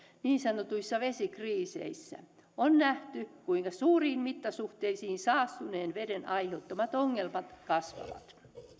niin sanotuissa vesikriiseissä on nähty kuinka suuriin mittasuhteisiin saastuneen veden aiheuttamat ongelmat kasvavat